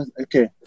Okay